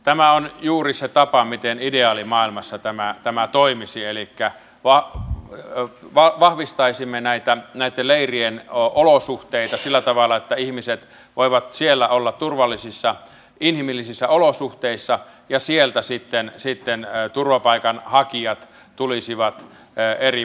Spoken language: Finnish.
tämä on juuri se tapa miten ideaalimaailmassa tämä toimisi elikkä vahvistaisimme näitten leirien olosuhteita sillä tavalla että ihmiset voivat siellä olla turvallisissa inhimillisissä olosuhteissa ja sieltä sitten turvapaikanhakijat tulisivat eri maihin